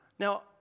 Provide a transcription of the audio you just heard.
Now